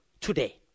today